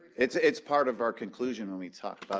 it's it's part of our conclusion. i mean